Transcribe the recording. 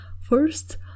First